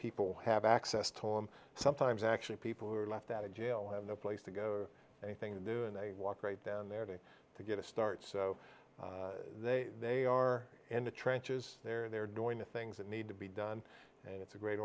people have access to them sometimes actually people who are left out of jail have no place to go or anything to do and they walk right down there to to get a start so they they are in the trenches they're there doing the things that need to be done and it's a great